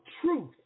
truth